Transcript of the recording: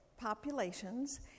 populations